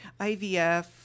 IVF